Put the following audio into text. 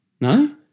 No